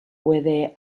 puede